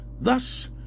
thus